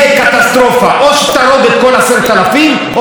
לפני שזה יקרה, כדאי שתהיה מדיניות ברורה.